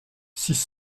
six